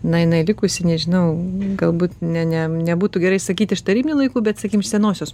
na jinai likusi nežinau galbūt ne ne nebūtų gerai sakyti iš tarybinių laikų bet sakykim iš senosios